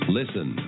listen